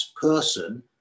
person